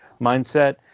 mindset